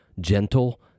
gentle